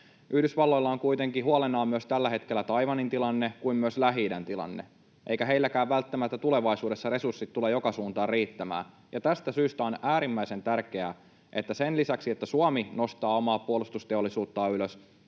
Yhdysvalloilla on kuitenkin huolenaan tällä hetkellä myös Taiwanin tilanne kuten myös Lähi-idän tilanne, eivätkä heilläkään välttämättä tulevaisuudessa resurssit tule joka suuntaan riittämään. Tästä syystä on äärimmäisen tärkeää, että sen lisäksi, että Suomi nostaa omaa puolustusteollisuuttaan ylös,